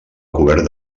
cobert